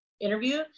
interview